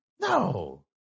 No